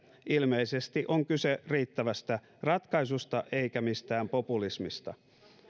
ilmeisesti on kyse riittävästä ratkaisusta eikä mistään populismista